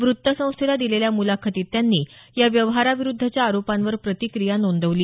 वृत्तसंस्थेला दिलेल्या मुलाखतीत त्यांनी या व्यवहारांविरुद्धच्या आरोपांवर प्रतिक्रीया नोंदवली